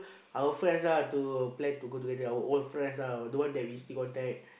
our friends ah to plan to go together our old friends ah that one that we still contact